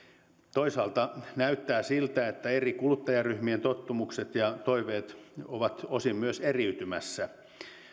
toisaalta näyttää siltä että eri kuluttajaryhmien tottumukset ja toiveet ovat osin myös eriytymässä